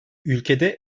ülkede